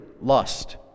lust